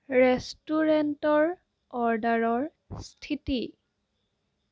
ৰেষ্টুৰেণ্টৰ অৰ্ডাৰৰ স্থিতি